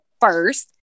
first